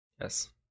Yes